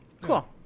Cool